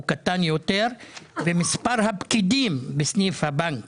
הוא קטן יותר ומספר הפקידים בסניף הבנק